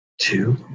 Two